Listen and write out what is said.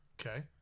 Okay